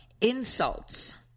insults